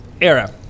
era